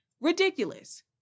Ridiculous